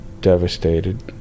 devastated